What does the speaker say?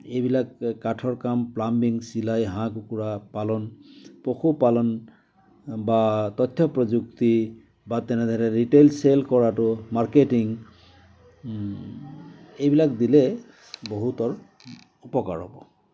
এইবিলাক কাঠৰ কাম প্লামবিং চিলাই হাঁহ কুকুৰা পালন পশুপালন বা তথ্য় প্ৰযুক্তি বা তেনেদৰে ৰিটেইল চেল কৰাটো মাৰ্কেটিং এইবিলাক দিলে বহুতৰ উপকাৰ হ'ব